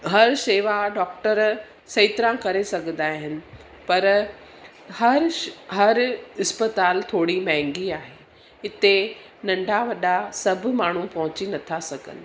हर शेवा डॉक्टर सही तरह करे सघंदा आहिनि पर हर पर हरश हर अस्पताल थोरी महांगी आहे हिते नंढा वॾा सभु माण्हू पहुची नथां सघनि